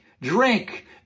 drink